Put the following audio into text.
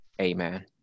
amen